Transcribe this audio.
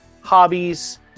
hobbies